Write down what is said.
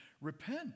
Repent